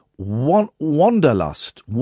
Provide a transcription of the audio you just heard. Wanderlust